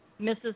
Mrs